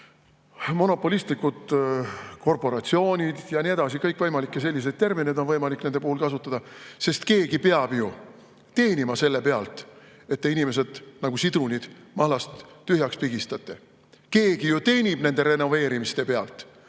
monopolistlikud korporatsioonid ja nii edasi, kõikvõimalikke selliseid termineid nende puhul. Keegi peab ju teenima selle pealt, et te inimesed nagu sidrunid mahlast tühjaks pigistate. Keegi ju teenib nende renoveerimiste pealt.